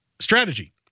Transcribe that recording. strategy